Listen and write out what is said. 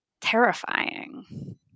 terrifying